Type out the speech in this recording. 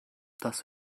das